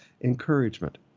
encouragement